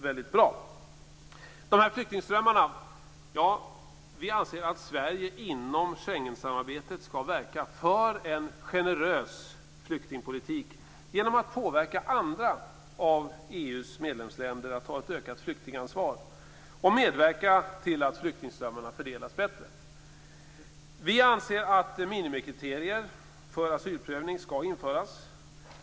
Vi anser att Sverige inom Schengensamarbetet skall verka för en generös flyktingpolitik genom att påverka andra av EU:s medlemsländer att ta ett ökat flyktingansvar och medverka till att flyktingströmmarna fördelas bättre. Vi anser att minimikriterier för asylprövning skall införas.